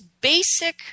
basic